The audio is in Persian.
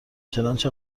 چنانچه